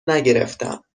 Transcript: نگرفتم